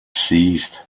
seized